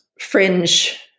fringe